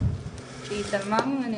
כשהיא התעלמה ממני,